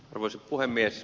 arvoisa puhemies